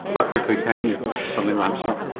but quickly can you if it suddenly ramps um